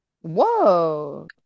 Whoa